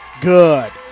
Good